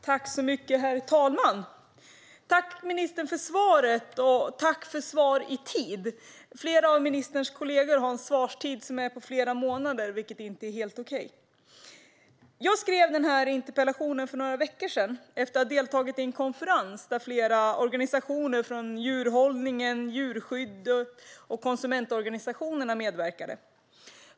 Herr talman! Tack, ministern, för svaret och tack för ett svar i tid! Flera av ministerns kollegor har en svarstid på flera månader vilket inte är helt okej. Jag skrev den här interpellationen för några veckor sedan efter att ha deltagit i en konferens där flera organisationer från djurhållning, djurskydd och konsumentorganisationer medverkade.